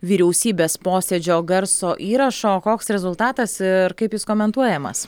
vyriausybės posėdžio garso įrašo koks rezultatas ir kaip jis komentuojamas